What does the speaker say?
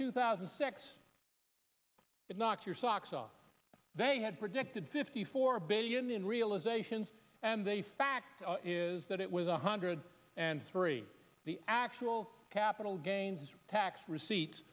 two thousand and six that knock your socks off they had predicted fifty four billion in realisations and the fact is that it was a hundred and three the actual capital gains tax receipts